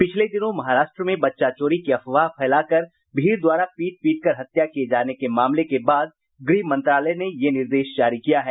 पिछले दिनों महाराष्ट्र में बच्चा चोरी की अफवाह फैलाकर भीड़ द्वारा पीट पीटकर हत्या करने किये जाने के मामले के बाद गृह मंत्रालय ने यह निर्देश जारी किया है